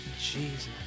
Jesus